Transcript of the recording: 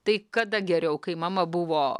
tai kada geriau kai mama buvo